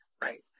right